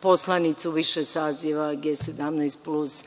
poslanica u više saziva, G17+,